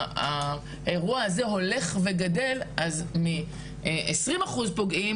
שבה האירוע הזה הולך וגדל אז מ20 אחוז פוגעים